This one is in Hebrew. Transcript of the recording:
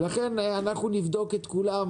אנחנו נבדוק את כולם